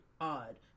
odd